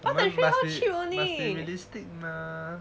must be you must be realistic mah